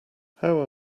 how